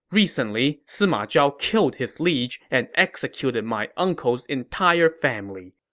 recently, sima zhao killed his liege and executed my uncle's entire family.